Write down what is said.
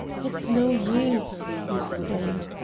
it's no use! he exclaimed.